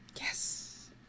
Yes